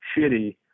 shitty